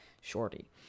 shorty